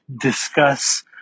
discuss